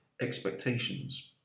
expectations